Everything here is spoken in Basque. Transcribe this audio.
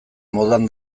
modan